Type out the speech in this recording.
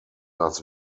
las